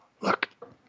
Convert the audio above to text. look